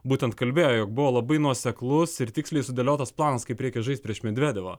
būtent kalbėjo jog buvo labai nuoseklus ir tiksliai sudėliotas planas kaip reikia žaist prieš medvedevą